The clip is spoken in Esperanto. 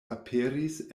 aperis